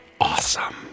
awesome